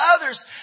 others